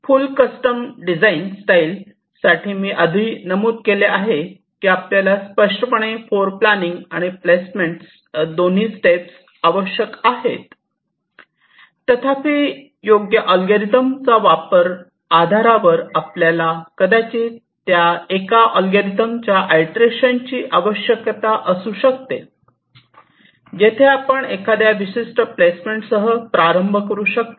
फुल कस्टमने design style साठी मी आधी नमूद केले आहे की आपल्याला स्पष्टपणे फ्लोरप्लानिंग आणि प्लेसमेंट दोन्ही स्टेप्स आवश्यक आहेत तथापि योग्य अल्गोरिदमच्या वापर आधारावर आपल्याला कदाचित त्या एका अल्गोरिदमच्या आयटेरेशनची आवश्यकता असू शकते जेथे आपण एखाद्या विशिष्ट प्लेसमेंटसह प्रारंभ करू शकता